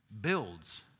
builds